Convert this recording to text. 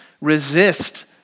resist